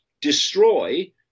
destroy